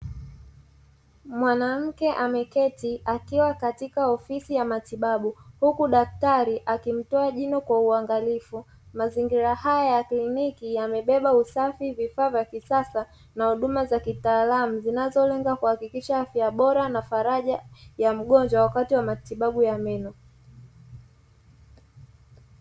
Mwanamke ameketi akiwa katika ofisi ya matibabu, huku daktari akimtoa jino kwa uangalifu. Mazingira haya ya kliniki yamebeba usafi vifaa vya kisasa na huduma za kitaalamu, zinazolenga kuhakikisha afya bora na faraja ya mgonjwa wakati wa matibabu ya meno.